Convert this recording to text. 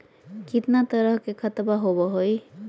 कितना तरह के खातवा होव हई?